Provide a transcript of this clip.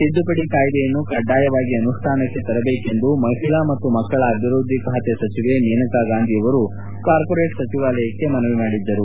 ತಿದ್ದುಪಡಿ ಕಾಯುದೆಯನ್ನು ಕಡ್ಡಾಯವಾಗಿ ಅನುಷ್ಟಾನಕ್ಕೆ ತರಬೇಕೆಂದು ಮಹಿಳಾ ಮತ್ತು ಮಕ್ಕಳ ಅಭಿವ್ದದ್ದಿ ಖಾತೆ ಸಚಿವೆ ಮೇನಕಾ ಗಾಂಧಿ ಅವರು ಕಾರ್ಮೊರೇಟ್ ಸಚಿವಾಲಯಕ್ಕೆ ಮನವಿ ಮಾಡಿದ್ದರು